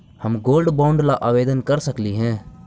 हम gold bond ला आवेदन कर सकली हे?